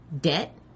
debt